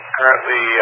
Currently